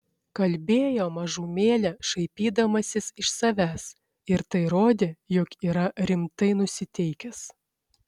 kalbėjo mažumėlę šaipydamasis iš savęs ir tai rodė jog yra rimtai nusiteikęs